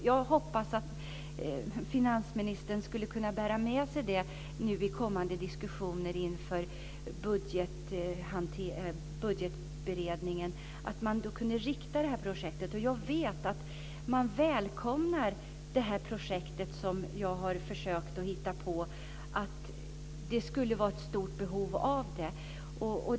Jag hoppas att finansministern bär med sig detta med riktade projekt vid kommande diskussioner inför budgetberedningen. Jag vet att man välkomnar det här projektet som jag har försökt att hitta på och att man tycker att det finns ett stort behov av det.